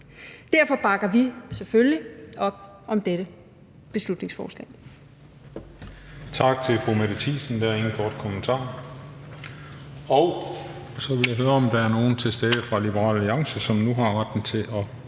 Derfor bakker vi selvfølgelig op om dette beslutningsforslag.